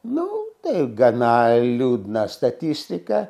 nu taip gana liūdna statistika